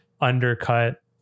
undercut